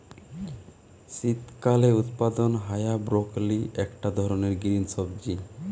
শীতকালে উৎপাদন হায়া ব্রকোলি একটা ধরণের গ্রিন সবজি